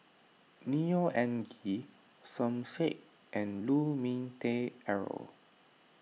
Neo Anngee Som Said and Lu Ming Teh Earl